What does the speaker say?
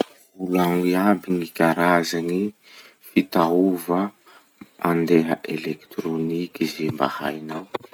Volagno iaby gny karaza gny fitaova mandeha elekitroniky ze mba hainao.